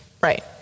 Right